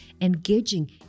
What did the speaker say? engaging